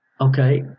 Okay